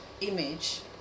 image